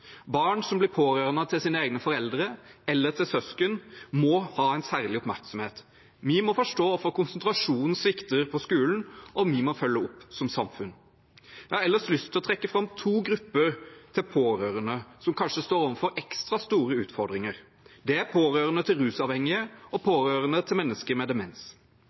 Barn som blir pårørende til sine egne foreldre, eller til søsken, må ha en særlig oppmerksomhet. Vi må forstå hvorfor konsentrasjonen svikter på skolen, og vi må følge opp som samfunn. Jeg har ellers lyst til å trekke fram to grupper pårørende som kanskje står overfor ekstra store utfordringer, og det er pårørende til rusavhengige og pårørende til mennesker med demens.